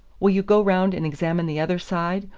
will you go round and examine the other side,